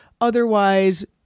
otherwise